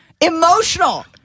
emotional